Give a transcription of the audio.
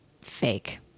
fake